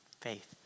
Faith